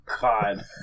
God